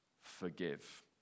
forgive